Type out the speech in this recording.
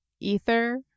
ether